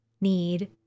need